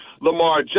Lamar